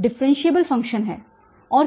differentiable function है और क्यों